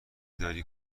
داری